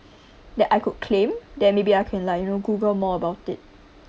that I could claim then maybe I can like you know google more about it